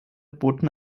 boten